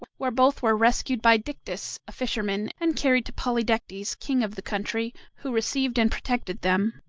where both were rescued by dictys, a fisherman, and carried to polydectes, king of the country, who received and protected them.